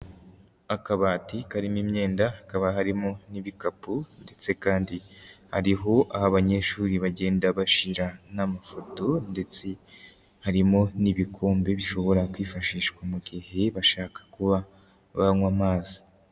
Akabati karimo imyenda, hakaba harimo n'ibikapu ndetse kandi hariho aho abanyeshuri bagenda bashira n'amafoto ndetse harimo n'ibikombe bishobora kwifashishwa mu gihe bashaka kuba banywa amazi.